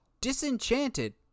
disenchanted